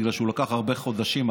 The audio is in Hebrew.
בגלל שהוא לקח הרבה חודשים.